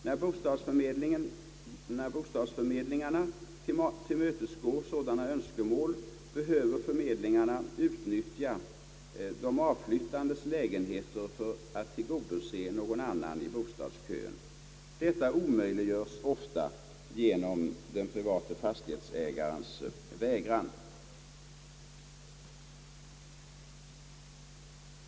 När bostadsförmedlingarna tillmötesgår sådana önskemål behöver förmedlingarna utnyttja de avflyttandes lägenheter för att tillgodose någon annan i bostadskön. Detta omöjliggöres ofta genom de privata fastighetsägarnas vägran.